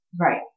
Right